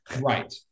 Right